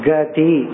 Gati